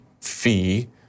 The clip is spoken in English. fee